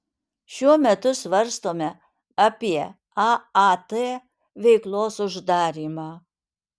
šiuo metu svarstome apie aat veiklos uždarymą